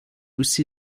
aussi